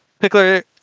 Pickler